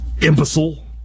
Imbecile